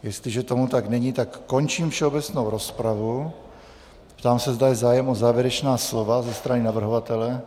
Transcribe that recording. Jestliže tomu tak není, tak končím všeobecnou rozpravu a ptám se, zda je zájem o závěrečná slova ze strany navrhovatele.